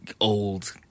old